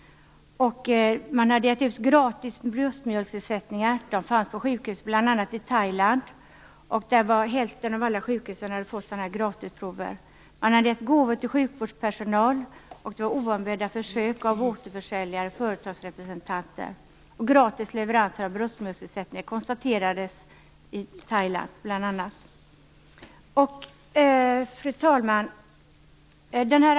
Man hade givit ut bröstmjölksersättningar gratis. De fanns bl.a. på sjukhus i Thailand. Hälften av alla sjukhus där hade fått sådana gratisprover. Man hade givit gåvor till sjukvårdspersonal, och det förekom oombedda besök av återförsäljare och företagsrepresentanter. Gratis leveranser av bröstmjölksersättningar konstaterades bl.a. i Thailand. Fru talman!